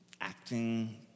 acting